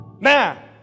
Now